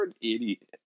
idiot